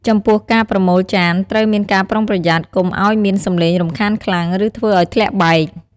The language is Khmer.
ចំពោះការប្រមូលចានត្រូវមានការប្រុងប្រយ័ត្ន កុំឱ្យមានសំឡេងរំខានខ្លាំង ឬធ្វើឱ្យធ្លាក់បែក។